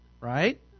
right